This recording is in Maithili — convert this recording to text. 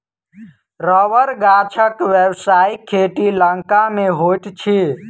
रबड़ गाछक व्यवसायिक खेती लंका मे होइत अछि